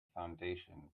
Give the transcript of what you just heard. foundation